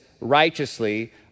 righteously